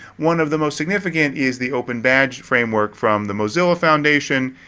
one of the most significant is the open badge framework from the mozilla foundation.